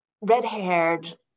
red-haired